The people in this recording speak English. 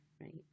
right